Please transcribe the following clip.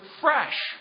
fresh